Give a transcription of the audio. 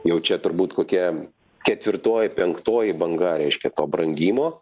jau čia turbūt kokia ketvirtoji penktoji banga reiškia to brangimo